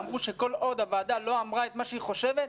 אמרו שכל עוד הוועדה לא אמרה את מה שהיא חושבת,